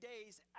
days